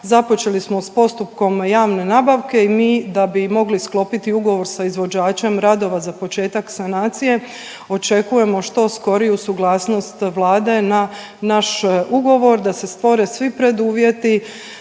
započeli smo sa postupkom javne nabavke i mi da bi mogli sklopiti ugovor sa izvođačem radova za početak sanacije očekujemo što skoriju suglasnost Vlade na naš ugovor, da se stvore svi preduvjeti